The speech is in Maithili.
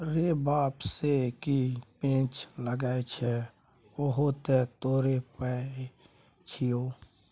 रे बाप सँ की पैंच मांगय छै उहो तँ तोरो पाय छियौ